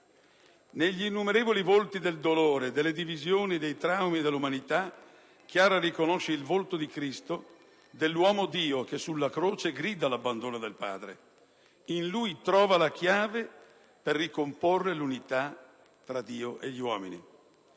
Negli innumerevoli volti del dolore, delle divisioni, dei traumi dell'umanità, Chiara riconosce il volto di Cristo, dell'uomo Dio che sulla croce grida l'abbandono del Padre: in lui trova la chiave per ricomporre l'unità tra Dio e gli uomini.